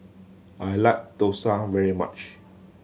I like dosa very much